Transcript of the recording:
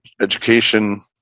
education